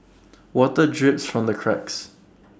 water drips from the cracks